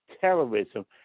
terrorism